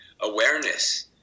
awareness